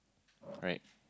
right